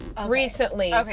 recently